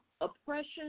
oppression